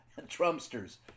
Trumpsters